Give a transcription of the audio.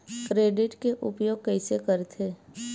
Credit के उपयोग कइसे करथे?